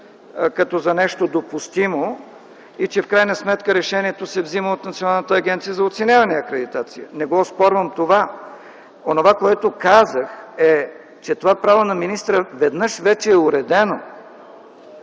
като за нещо допустимо и че в крайна сметка решението се взима от Националната агенция за оценяване и акредитация. Не оспорвам това. Онова, което казах, е, че това право на министъра веднъж вече е уредено